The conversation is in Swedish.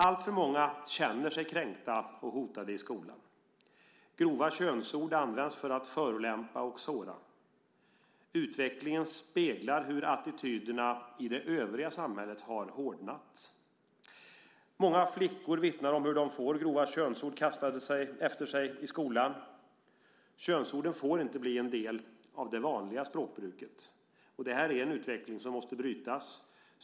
Alltför många känner sig kränkta och hotade i skolan. Grova könsord används för att förolämpa och såra. Utvecklingen speglar hur attityderna i det övriga samhället har hårdnat. Många flickor vittnar om hur de får grova könsord kastade efter sig i skolan. Könsorden får inte bli en del av det vanliga språkbruket. Det här är en utveckling som måste brytas.